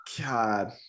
god